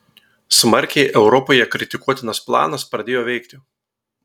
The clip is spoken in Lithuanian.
smarkiai europoje kritikuotinas planas pradėjo veikti